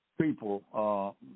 people